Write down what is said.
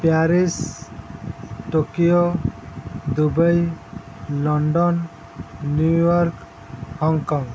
Paris Tokyo Dubai London New York Hong Kong